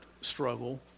struggle